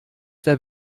der